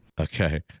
Okay